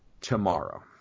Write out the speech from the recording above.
tomorrow